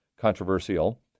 controversial